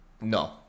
no